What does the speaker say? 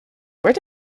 where